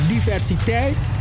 Diversiteit